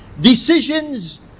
decisions